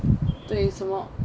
对什么